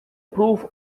proof